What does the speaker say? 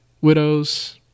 widows